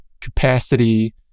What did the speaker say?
capacity